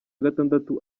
gatandatu